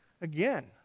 Again